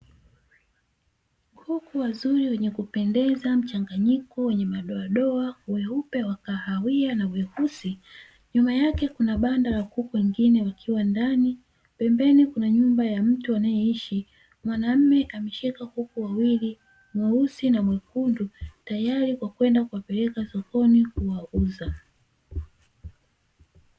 Kuku wazuri wenye kupendeza mchanganyiko wenye madoadoa, weupe, wakahawia na weusi, nyuma yake kuna banda la kuku wengine wakiwa ndani, pembeni kuna nyumba ya mtu anayeishi. Mwanaume ameshika kuku wawili mweusi, na mwekundu, tayari kwa kwenda kuwapeleka sokoni kuwauza.